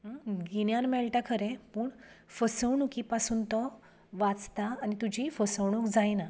गिन्यान मेळटा खरें पूण फसवणूकी पासून तो वाचता आनी तुजी फसवणूक जायना